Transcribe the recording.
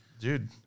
dude